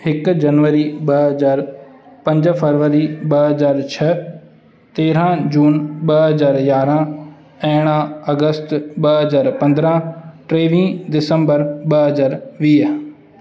हिकु जनवरी ॿ हज़ार पंज फरवरी ॿ हज़ार छह तेरहं जून ॿ हज़ार यारहं अरिड़हं अगस्त ॿ हज़ार पंद्रहं टेवीह दिसंबर ॿ हज़ार वीह